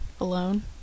alone